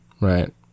Right